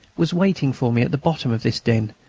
was waiting for me at the bottom of this den,